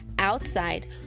Outside